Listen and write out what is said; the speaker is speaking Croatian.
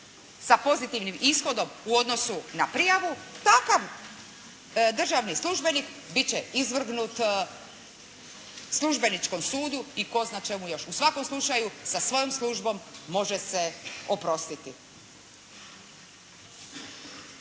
sa pozitivnim ishodom u odnosu na prijavu, takav državni službenik bit će izvrgnut službeničkom sudu i tko zna čemu još. U svakom slučaju, sa svojom službom može se oprostiti.